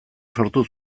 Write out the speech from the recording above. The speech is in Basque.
sortu